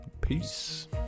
Peace